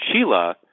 Sheila